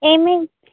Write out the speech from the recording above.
ఏమేం